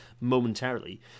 momentarily